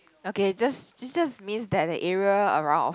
okay just this just means that the area around our